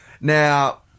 Now